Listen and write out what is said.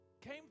came